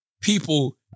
people